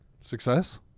success